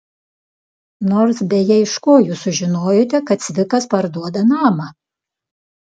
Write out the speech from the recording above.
nors beje iš ko jūs sužinojote kad cvikas parduoda namą